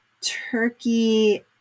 turkey